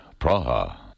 Praha